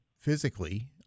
physically